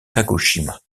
kagoshima